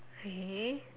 okay